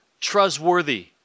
trustworthy